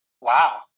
Wow